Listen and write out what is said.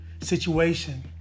situation